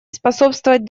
способствовать